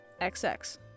XX